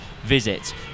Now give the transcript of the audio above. visit